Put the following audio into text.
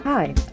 Hi